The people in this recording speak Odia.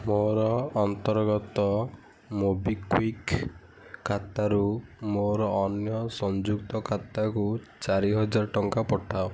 ମୋର ଅନ୍ତର୍ଗତ ମୋବିକ୍ଵିକ୍ ଖାତାରୁ ମୋର ଅନ୍ୟ ସଂଯୁକ୍ତ ଖାତାକୁ ଚାରି ହଜାର ଟଙ୍କା ପଠାଅ